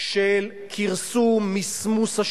לטפל בבעיות של אלימות.